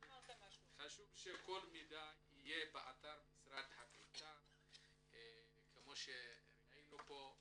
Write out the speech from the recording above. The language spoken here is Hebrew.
חשוב שכל המידע יהיה במשרד העלייה והקליטה כפי שראינו פה,